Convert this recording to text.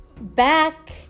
back